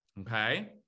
Okay